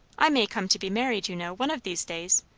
i may come to be married, you know, one of these days!